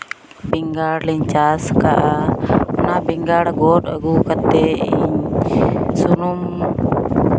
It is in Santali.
ᱵᱮᱸᱜᱟᱲ ᱞᱤᱧ ᱪᱟᱥ ᱠᱟᱜᱼᱟ ᱚᱱᱟ ᱵᱮᱸᱜᱟᱲ ᱜᱚᱫ ᱟᱹᱜᱩ ᱠᱟᱛᱮᱫ ᱤᱧ ᱥᱩᱱᱩᱢ